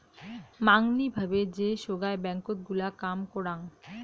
মাঙনি ভাবে যে সোগায় ব্যাঙ্কত গুলা কাম করাং